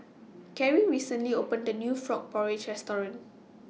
Carry recently opened The New Frog Porridge Restaurant